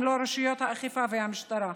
אם לא רשויות האכיפה והמשטרה?